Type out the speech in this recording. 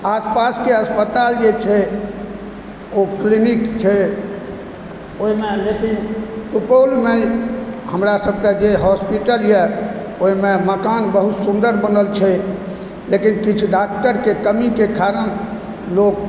आसपासके अस्पताल जे छै ओ क्लिनिक छै ओहिमे लेकिन सुपौलमे हमरा सभकेँ जे हॉस्पिटल यऽ ओहिमे मकान बहुत सुन्दर बनल छै लेकिन किछु डाक्टरके कमीके कारण लोक